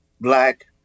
black